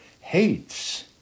hates